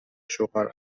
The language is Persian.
شوهر